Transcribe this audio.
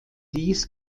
dies